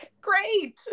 Great